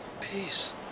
Peace